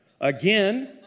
Again